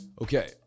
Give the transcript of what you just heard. Okay